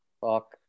Fuck